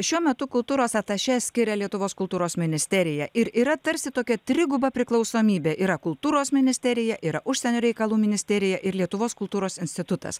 šiuo metu kultūros atašė skiria lietuvos kultūros ministerija ir yra tarsi tokia triguba priklausomybė yra kultūros ministerija yra užsienio reikalų ministerija ir lietuvos kultūros institutas